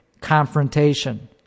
confrontation